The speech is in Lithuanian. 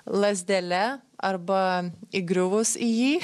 lazdele arba įgriuvus į jį